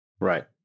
Right